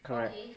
correct why